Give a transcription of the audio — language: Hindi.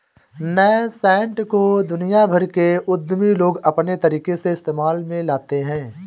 नैसैंट को दुनिया भर के उद्यमी लोग अपने तरीके से इस्तेमाल में लाते हैं